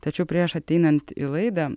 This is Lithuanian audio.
tačiau prieš ateinant į laidą